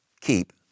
keep